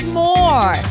more